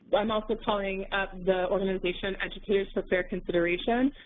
i'm also calling out the organization educators for fair consideration,